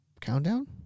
countdown